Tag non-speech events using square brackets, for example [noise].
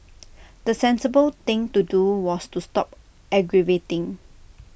[noise] the sensible thing to do was to stop aggravating